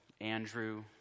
Andrew